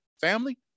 family